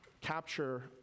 capture